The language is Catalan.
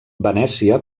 venècia